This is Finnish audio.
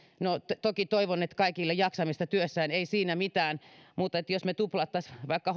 no toki toivon kaikille jaksamista työssään ei siinä mitään mutta jos me tuplaisimme vaikka